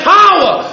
power